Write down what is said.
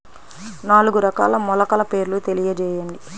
నాలుగు రకాల మొలకల పేర్లు తెలియజేయండి?